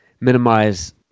minimize